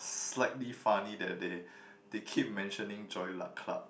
slightly funny that they they keep mentioning joy luck club